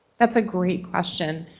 that's a great question.